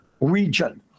region